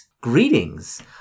Greetings